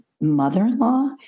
mother-in-law